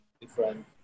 different